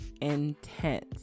intense